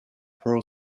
pearl